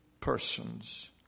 persons